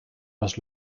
was